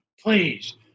Please